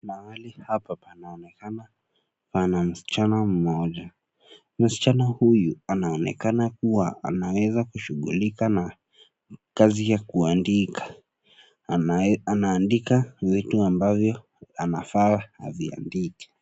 Mahali hapa panaonekana pana msichana moja. Msichana huyu anaonekana kuwa anaweza kushugulika na kazi ya kuandika. Anaandika vitu ambavyo anafaa aviandike.